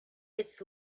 its